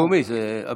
אוקיי, בסדר גמור.